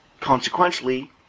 consequently